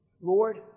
Lord